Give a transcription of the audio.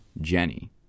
Jenny